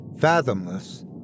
fathomless